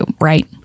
right